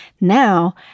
now